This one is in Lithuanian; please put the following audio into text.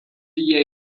jie